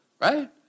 right